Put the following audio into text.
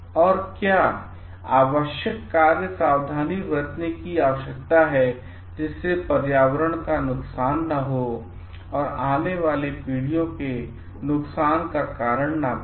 और क्या आवश्यक कार्य सावधानी बरतने की आवश्यकता है जिससे पर्यावरण का नुकसान न हो और आने वाली पीढ़ियों के नुकसान का कारण न बने